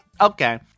okay